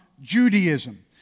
Judaism